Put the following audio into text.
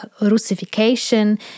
Russification